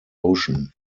ocean